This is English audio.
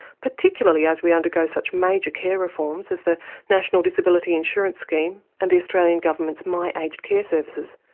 particularly as we undergo such major care reforms as the national disability insurance scheme and the australian government's my aged care services.